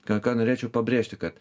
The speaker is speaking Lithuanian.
ką ką norėčiau pabrėžti kad